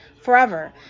forever